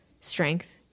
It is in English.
strength